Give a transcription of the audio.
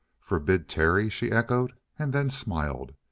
forbid terry? she echoed, and then smiled.